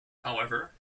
however